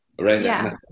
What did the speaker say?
Right